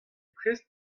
prest